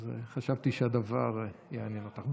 אז חשבתי שהדבר יעניין אותך.